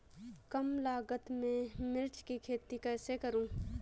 कम लागत में मिर्च की खेती कैसे करूँ?